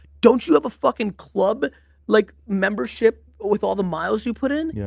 don't you have a fucking club like membership with all the miles you put in? yeah